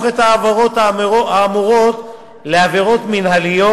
את העבירות האמורות לעבירות מינהליות,